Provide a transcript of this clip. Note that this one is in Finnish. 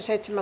asia